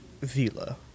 Vila